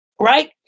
Right